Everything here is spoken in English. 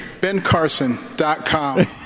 BenCarson.com